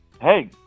hey